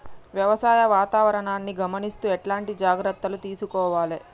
వ్యవసాయ వాతావరణాన్ని గమనిస్తూ ఎట్లాంటి జాగ్రత్తలు తీసుకోవాలే?